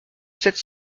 sept